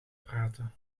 praten